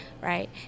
right